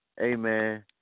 amen